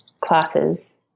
classes